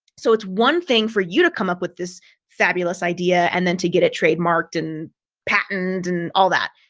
so it's one thing for you to come up with this fabulous idea, and then to get it trademarked and patent and all that.